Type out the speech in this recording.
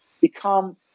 become